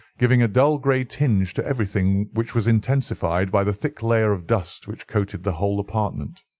giving a dull grey tinge to everything, which was intensified by the thick layer of dust which coated the whole apartment.